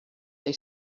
they